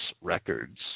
records